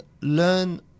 learn